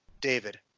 David